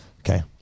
Okay